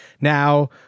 Now